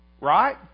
Right